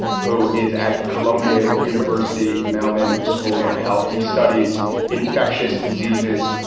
who is at the columbia university mailman school of health. he studies infectious diseases.